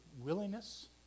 Willingness